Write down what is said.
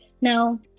Now